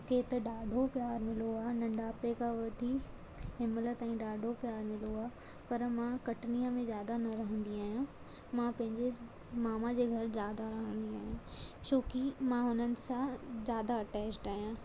मूंखे हिते ॾाढो प्यारु मिलियो आहे नंढापे खां वठी हिन महिल ताईं ॾाढो प्यारु मिलियो आहे पर मां कटनीअ में ज्यादा न रहंदी आहियां मां पंहिंजे मामा जे घरु ज्यादा रहंदी आहियां छो की मां हुननि सां ज्यादा अटेचड आहियां